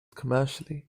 commercially